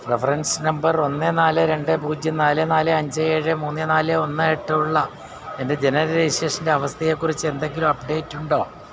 reference number ഒന്ന് നാല് രണ്ട് പൂജ്യം നാല് നാല് അഞ്ച് ഏഴ് മൂന്ന് നാല് ഒന്ന് എട്ടുള്ള എൻ്റെ ജനന രജിസ്ട്രേഷൻ്റെ അവസ്ഥയെക്കുറിച്ച് എന്തെങ്കിലും അപ്ഡേറ്റുണ്ടോ